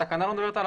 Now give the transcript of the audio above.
זאת תקנה כללית.